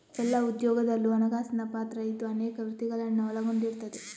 ಎಲ್ಲಾ ಉದ್ಯೋಗದಲ್ಲೂ ಹಣಕಾಸಿನ ಪಾತ್ರ ಇದ್ದು ಅನೇಕ ವೃತ್ತಿಗಳನ್ನ ಒಳಗೊಂಡಿರ್ತದೆ